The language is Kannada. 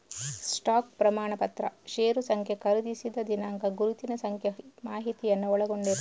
ಸ್ಟಾಕ್ ಪ್ರಮಾಣಪತ್ರ ಷೇರು ಸಂಖ್ಯೆ, ಖರೀದಿಸಿದ ದಿನಾಂಕ, ಗುರುತಿನ ಸಂಖ್ಯೆ ಮಾಹಿತಿಯನ್ನ ಒಳಗೊಂಡಿರ್ತದೆ